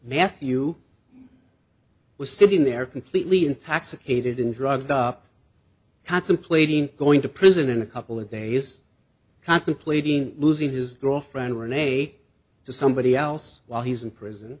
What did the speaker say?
matthew was sitting there completely intoxicated and drugged up contemplating going to prison in a couple of days contemplating losing his girlfriend or ne to somebody else while he's in prison